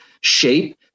shape